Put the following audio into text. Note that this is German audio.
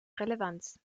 relevanz